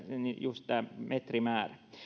just tämä metrimäärä